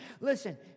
Listen